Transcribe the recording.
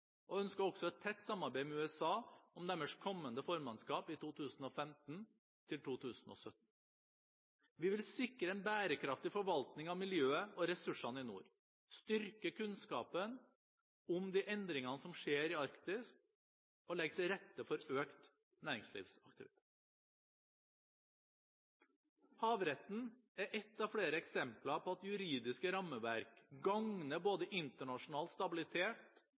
og ønsker også et tett samarbeid med USA om deres kommende formannskap i 2015–2017. Vi vil sikre en bærekraftig forvaltning av miljøet og ressursene i nord, styrke kunnskapen om de endringene som skjer i Arktis, og legge til rette for økt næringslivsaktivitet. Havretten er ett av flere eksempler på at juridiske rammeverk gagner både internasjonal stabilitet